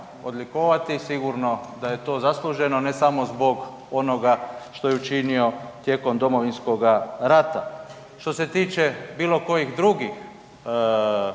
odlikovati, sigurno da je to zasluženo ne samo zbog onoga što je učinio tijekom Domovinskoga rata. Što se tiče bilo kojih drugih